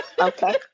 Okay